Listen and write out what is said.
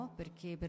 perché